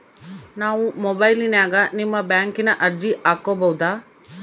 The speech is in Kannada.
ನಾವು ಮೊಬೈಲಿನ್ಯಾಗ ನಿಮ್ಮ ಬ್ಯಾಂಕಿನ ಅರ್ಜಿ ಹಾಕೊಬಹುದಾ?